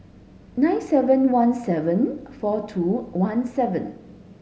nine seven one seven four two one seven